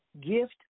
gift